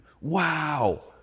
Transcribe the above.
Wow